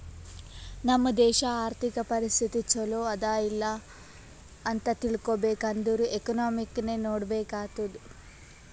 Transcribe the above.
ನಮ್ ದೇಶಾ ಅರ್ಥಿಕ ಪರಿಸ್ಥಿತಿ ಛಲೋ ಅದಾ ಇಲ್ಲ ಅಂತ ತಿಳ್ಕೊಬೇಕ್ ಅಂದುರ್ ಎಕನಾಮಿನೆ ನೋಡ್ಬೇಕ್ ಆತ್ತುದ್